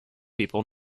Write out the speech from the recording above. people